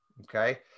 okay